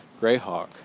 greyhawk